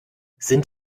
sind